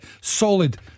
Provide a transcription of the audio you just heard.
solid